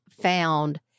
found